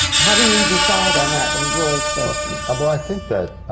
how do you decide on that, and roy's question? um well, i think that